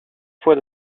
fois